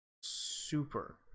super